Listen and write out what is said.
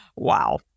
Wow